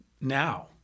now